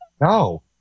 No